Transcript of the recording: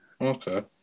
Okay